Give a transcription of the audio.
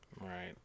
Right